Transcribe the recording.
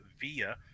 via